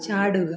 ചാടുക